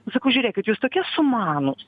sakau žiūrėkit jūs tokie sumanūs